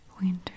winter